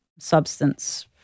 substance